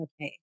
okay